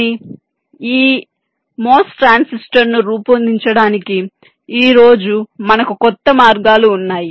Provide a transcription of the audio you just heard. కానీ ఈ MOS ట్రాన్సిస్టర్ను రూపొందించడానికి ఈ రోజు మనకు కొత్త మార్గాలు ఉన్నాయి